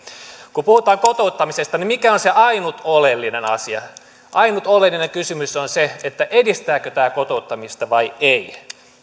kun puhutaan kotouttamisesta mikä on se ainut oleellinen asia ainut oleellinen kysymys on edistääkö tämä kotouttamista vai ei ei